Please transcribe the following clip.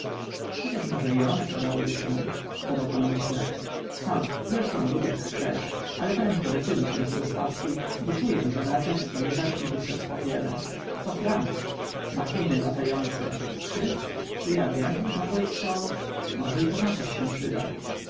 chociaż może i one przydałyby się dodał po namyśle ha zresztą rób jak chcesz ale prędko decyduj się co do stawskiej bo czuję że mraczewski nie zaśpi gruszek w popiele to frant machiny latające phy czy ja wiem może i to może i to na coś się przyda